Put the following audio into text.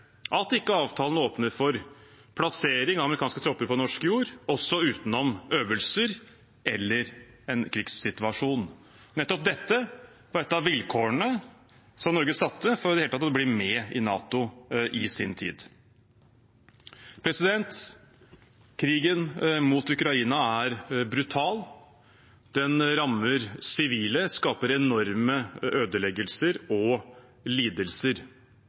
at avtalen ikke åpner for plassering amerikanske tropper på norsk jord, også utenom øvelser eller en krigssituasjon? Nettopp dette var et av vilkårene som Norge satte for i det hele tatt å bli med i NATO i sin tid. Krigen mot Ukraina er brutal, den rammer sivile og skaper enorme ødeleggelser og lidelser.